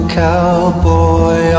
cowboy